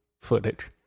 footage